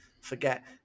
forget